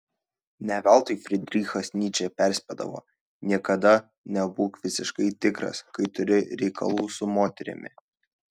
ne veltui frydrichas nyčė perspėdavo niekada nebūk visiškai tikras kai turi reikalų su moterimi